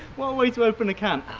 what a way to open a can!